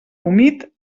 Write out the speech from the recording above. humit